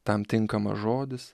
tam tinkamas žodis